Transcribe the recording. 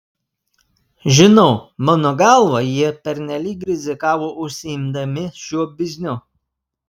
žinau mano galva jie pernelyg rizikavo užsiimdami šiuo bizniu